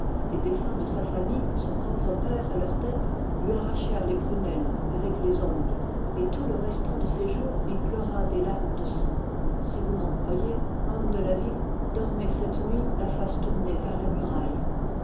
les défunts de sa famille son propre père à leur tête lui arrachèrent les prunelles avec les ongles et tout le restant de ses jours il pleura des larmes de sang si vous m'en croyez homme de la ville dormez cette nuit la face tournée vers la muraille